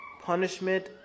Punishment